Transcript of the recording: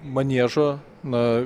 maniežo na